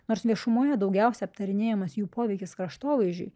nors viešumoje daugiausia aptarinėjamas jų poveikis kraštovaizdžiui